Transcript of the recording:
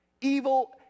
Evil